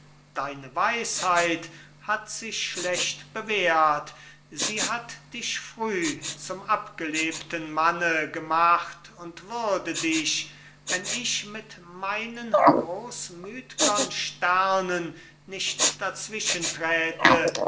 deine weisheit hat sich schlecht bewährt sie hat dich früh zum abgelebten manne gemacht und würde dich wenn ich mit meinen großmütgern sternen nicht